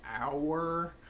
hour